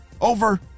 Over